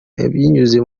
binyuze